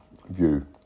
view